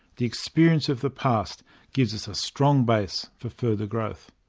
the experience of the past gives us a strong base for further growth.